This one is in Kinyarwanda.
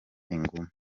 ingume